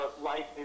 life